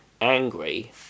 angry